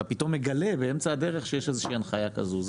אתה פתאום מגלה באמצע הדרך שיש איזושהי הנחייה כזו.